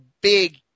big